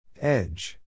Edge